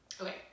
okay